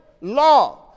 Law